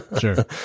Sure